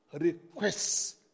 requests